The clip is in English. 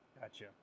Gotcha